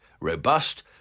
robust